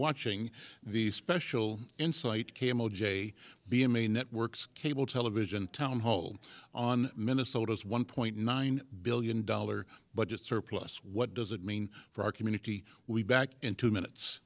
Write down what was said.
watching the special insight kamal j b m a network cable television town hall on minnesota's one point nine billion dollars budget surplus what does it mean for our community we back in two minutes